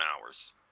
hours